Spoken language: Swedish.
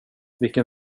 vilken